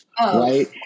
Right